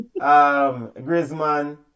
Griezmann